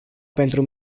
pentru